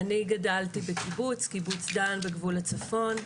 אני גדלתי בקיבוץ, קיבוץ דן בגבול הצפון.